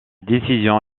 décision